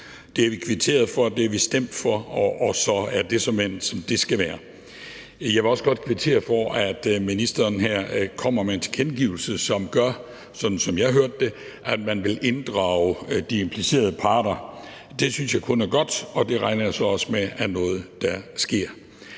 Det har vi kvitteret for, og vi har stemt for dem, og så er det såmænd, som det skal være. Jeg vil også godt kvittere for, at ministeren her kommer med en tilkendegivelse, som gør, sådan som jeg hørte det, at man vil inddrage de implicerede parter. Det synes jeg kun er godt, og det regner jeg også med er noget, der sker.